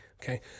Okay